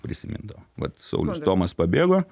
prisimindavo vat saulius tomas pabėgo